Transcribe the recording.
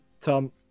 Tom